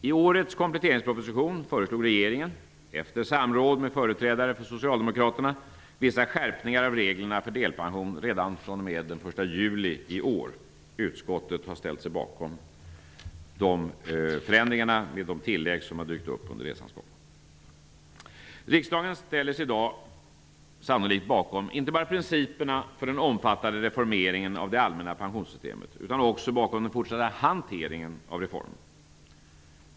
I årets kompletteringsproposition föreslog regeringen -- efter samråd med företrädare för socialdemokraterna -- vissa skärpningar av reglerna för delpension redan fr.o.m. den 1 juli i år. Utskottet har ställt sig bakom de förändringarna med de tillägg som har dykt upp under resans gång. Riksdagen ställer sig i dag sannolikt inte bara bakom principerna för den omfattande reformeringen av det allmänna pensionssystemet utan också bakom den fortsatta hanteringen av reformen.